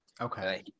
okay